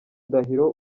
ndahiro